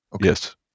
Yes